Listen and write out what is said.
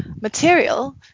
material